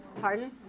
Pardon